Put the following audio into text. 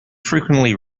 frequently